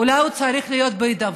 אולי הוא צריך להיות בהידברות,